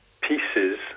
pieces